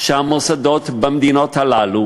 המוסדות במדינות הללו